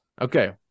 Okay